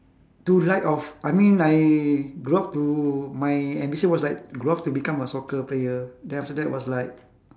to like of I mean I grow up to my ambition was like grow up to become a soccer player then after that was like